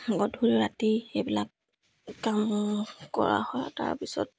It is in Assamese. গধূলি ৰাতি সেইবিলাক কাম কৰা হয় তাৰপিছত